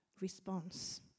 response